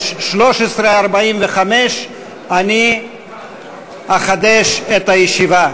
13:45 אני אחדש את הישיבה.